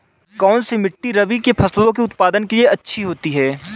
कौनसी मिट्टी रबी फसलों के उत्पादन के लिए अच्छी होती है?